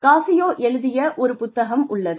காசியோ எழுதிய ஒரு புத்தகம் உள்ளது